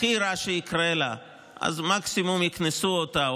הכי רע שיקרה לה הוא שמקסימום יקנסו אותה,